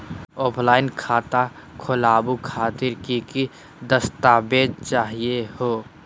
Offline खाता खोलहु खातिर की की दस्तावेज चाहीयो हो?